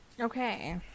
Okay